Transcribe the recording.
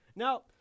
Now